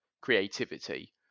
creativity